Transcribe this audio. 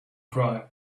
cry